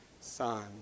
son